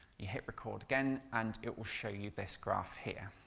you hit record again and it will show you this graph here.